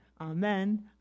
Amen